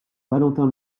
valentin